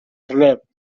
slept